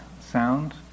sound